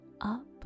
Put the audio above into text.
up